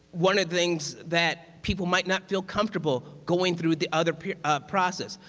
one of the things that people might not feel comfortable going through the other process,